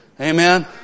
Amen